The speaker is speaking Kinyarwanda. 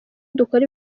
dukora